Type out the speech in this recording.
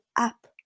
up